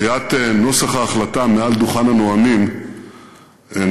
קריעת נוסח ההחלטה מעל דוכן הנואמים נעשתה,